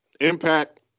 impact